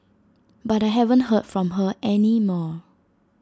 but I haven't heard from her any more